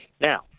Now